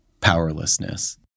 powerlessness